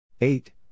eight